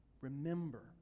remember